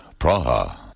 Praha